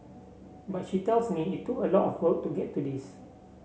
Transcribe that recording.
but she tells me it took a lot of work to get to this